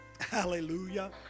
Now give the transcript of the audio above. Hallelujah